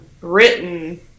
written